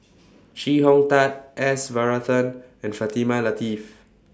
Chee Hong Tat S Varathan and Fatimah Lateef